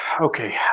Okay